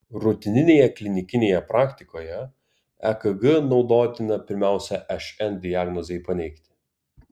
rutininėje klinikinėje praktikoje ekg naudotina pirmiausia šn diagnozei paneigti